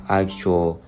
actual